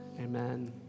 Amen